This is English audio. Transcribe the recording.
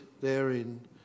therein